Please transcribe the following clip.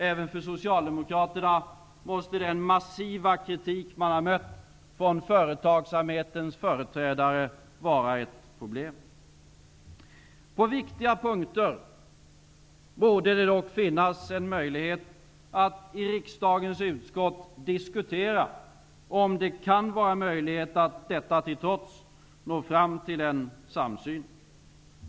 Även för Socialdemokraterna måste den massiva kritik man har mött från företagsamhetens företrädare vara ett problem. På viktiga punkter borde det dock finnas en möjlighet att i riksdagens utskott diskutera om det, detta till trots, är möjligt att nå fram till en samsyn.